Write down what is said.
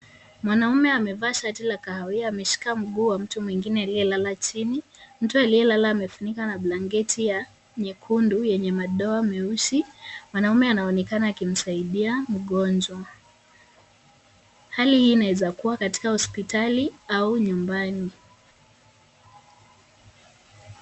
Mwanaume amevaa shati la kahawia ameshika mguu wa mtu mwingine aliyelala chini. Mtu aliyelala amefunikwa na blanketi ya nyekundu yenye madoa meusi, mwanaume anaonekana akimsaidia mgonjwa. Hali hii inaweza kuwa katika hospitali au nyumbani.